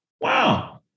wow